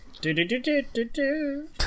Do-do-do-do-do-do